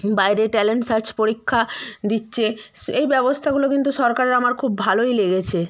বাইরে talent search পরীক্ষা দিচ্ছে স্ এই ব্যবস্থাগুলো কিন্তু সরকারের আমার খুব ভালোই লেগেছে